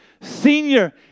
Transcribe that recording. senior